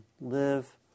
live